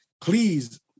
Please